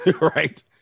Right